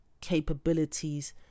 capabilities